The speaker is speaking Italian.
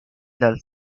dal